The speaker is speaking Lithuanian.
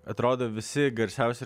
atrodo visi garsiausi